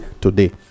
today